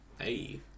hey